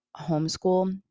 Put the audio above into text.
homeschool